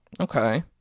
Okay